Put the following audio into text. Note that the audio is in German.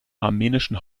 armenischen